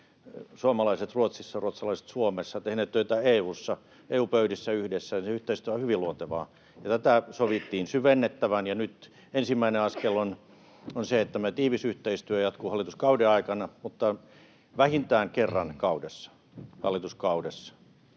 suomalaiset Ruotsissa, ruotsalaiset Suomessa, tehneet töitä EU:ssa, EU-pöydissä yhdessä. Se yhteistyö on hyvin luontevaa. Tätä sovittiin syvennettävän, ja nyt ensimmäinen askel on se, että tämä tiivis yhteistyö jatkuu hallituskauden aikana, ja vähintään kerran hallituskaudessa